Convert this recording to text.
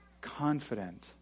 confident